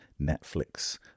Netflix